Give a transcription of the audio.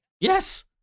Yes